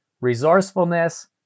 resourcefulness